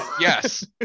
yes